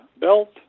belt